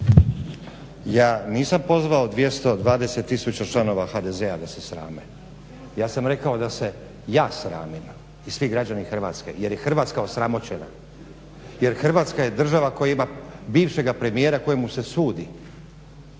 Ja nisam pozvao 220 tisuća članova HDZ-a da se srame, ja sam rekao da se ja sramim i svi građani Hrvatske jer je Hrvatska osramoćena. Jer Hrvatska je država koja ima bivšeg premijera kojemu se sudi.